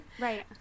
Right